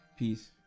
Peace